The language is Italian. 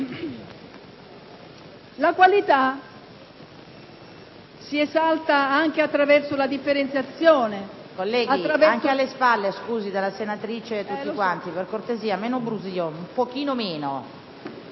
La qualità si esalta anche attraverso la differenziazione